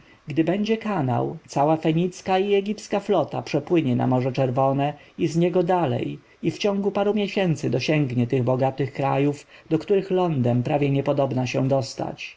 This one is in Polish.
gdy będzie kanał cała fenicka i egipska flota przepłynie na morze czerwone z niego dalej i w ciągu paru miesięcy dosięgnie tych bogatych krajów do których lądem prawie niepodobna się dostać